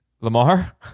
Lamar